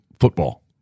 football